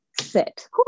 sit